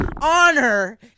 honor